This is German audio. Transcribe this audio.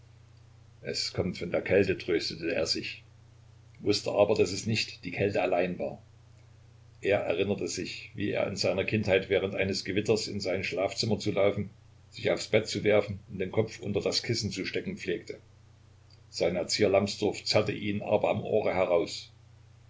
es kommt von kälte tröstete er sich wußte aber daß es nicht die kälte allein war er erinnerte sich wie er in seiner kindheit während eines gewitters in sein schlafzimmer zu laufen sich aufs bett zu werfen und den kopf unter das kissen zu stecken pflegte sein erzieher lamsdorff zerrte ihn aber am ohre heraus